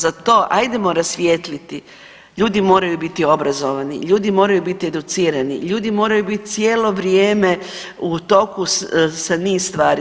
Za to, ajdemo rasvijetliti, ljudi moraju biti obrazovani, ljudi moraju biti educirani, ljudi moraju biti cijelo vrijeme u toku sa niz stvari.